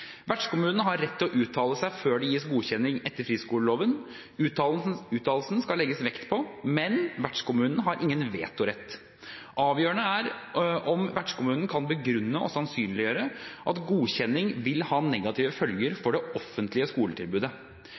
Vertskommunen har rett til å uttale seg før det gis godkjenning etter friskoleloven. Uttalelsen skal legges vekt på, men vertskommunen har ingen vetorett. Avgjørende er om vertskommunen kan begrunne og sannsynliggjøre at godkjenning vil ha negative følger for det offentlige skoletilbudet.